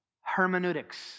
hermeneutics